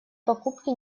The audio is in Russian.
покупки